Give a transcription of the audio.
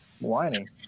whining